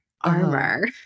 armor